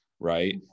right